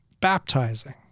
baptizing